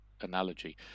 analogy